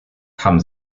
haben